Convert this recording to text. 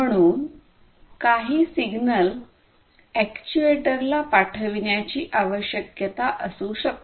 म्हणून काही सिग्नल अॅक्ट्युएटरला पाठविण्याची आवश्यकता असू शकते